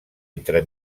entre